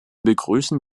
begrüßen